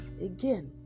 again